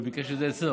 הוא ביקש את זה אצלו.